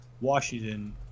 Washington